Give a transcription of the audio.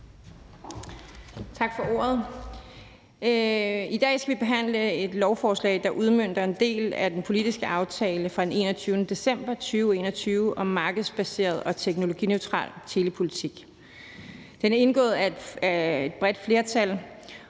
Tak for ordet. I dag skal vi behandle et lovforslag, der udmønter en del af den politiske aftale fra den 21. december 2021 om markedsbaseret og teknologineutral telepolitik. Den er indgået af et bredt flertal